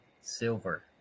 Silver